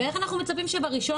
ואיך אנחנו מצפים שב-1.1,